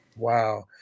Wow